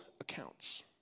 accounts